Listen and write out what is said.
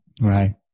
Right